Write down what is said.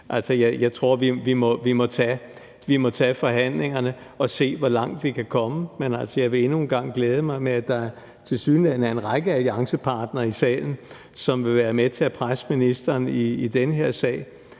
jeg tror, vi må tage forhandlingerne og se, hvor langt vi kan komme. Men jeg vil endnu en gang glæde mig over, at der tilsyneladende er en række alliancepartnere i salen, som vil være med til at presse ministeren i den her sag.